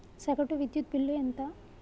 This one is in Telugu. సగటు విద్యుత్ బిల్లు ఎంత?